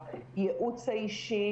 הייעוץ האישי,